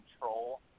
control